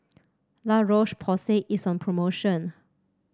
La Roche Porsay is on promotion